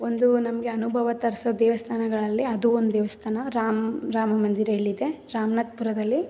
ಒಂದು ನಮಗೆ ಅನುಭವ ತರಿಸೋ ದೇವಸ್ಥಾನಗಳಲ್ಲಿ ಅದೂ ಒಂದು ದೇವಸ್ಥಾನ ರಾಮ ರಾಮ ಮಂದಿರ ಇಲ್ಲಿದೆ ರಾಮನಾಥ್ಪುರದಲ್ಲಿ